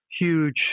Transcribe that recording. Huge